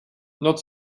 not